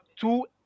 two